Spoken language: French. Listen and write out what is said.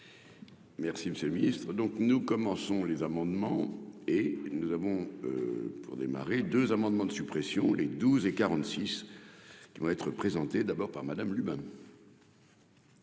Merci, Monsieur le Ministre, donc nous commençons les amendements et nous avons pour démarrer 2 amendements de suppression, les 12 et 46 qui vont être présenté d'abord par Madame